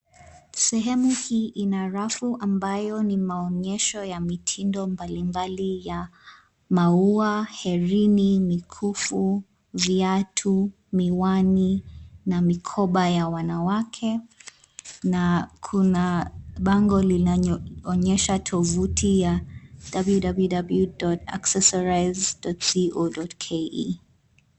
Sehemu hii ina rafu ambayo ni maonyesho ya mitindo mbalimbali ya maua, herini, mikufu, viatu, miwani na mikoba ya wanawake na kuna bango linaloonyesha tovuti ya www.accessorise.co.ke.